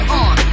on